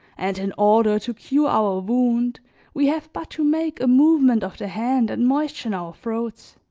and in order to cure our wound we have but to make a movement of the hand and moisten our throats.